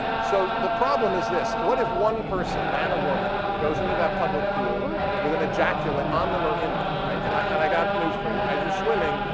so the problem is this. what if one person, man or woman, goes into that public pool with an ejaculate on them or in them? and i and i got news for you. as you're swimming,